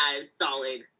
solid